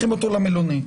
למלונית,